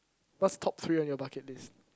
what's top three on your bucket list